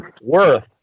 Worth